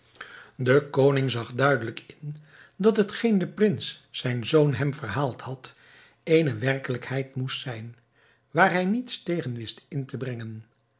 de koning zag duidelijk in dat hetgeen de prins zijn zoon hem verhaald had eene werkelijkheid moest zijn waar hij niets tegen wist in te brengen